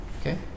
Okay